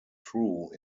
true